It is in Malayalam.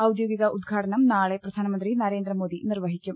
ഔദ്യോഗിക ഉദ്ഘാടനം നാളെ പ്രധാനമന്ത്രി നരേന്ദ്ര മോദി നിർവഹിക്കും